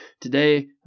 Today